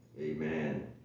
Amen